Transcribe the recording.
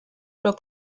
però